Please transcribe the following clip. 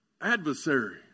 adversary